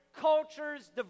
cultures